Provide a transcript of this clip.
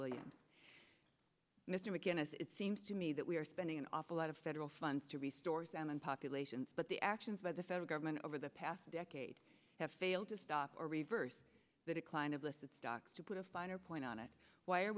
boyd mr mcguinness it seems to me that we are spending an awful lot of federal funds to resource them and populations but the actions by the federal government over the past decade have failed to stop or reverse that a client of listed stocks to put a finer point on it why are